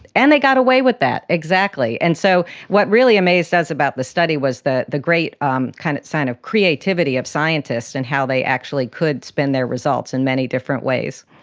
and they got away with that, exactly. and so what really amazed us about the study was that the great um kind of sign of creativity of scientists and how they actually could spin their results in many different ways.